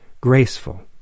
graceful